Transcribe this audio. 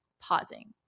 pausing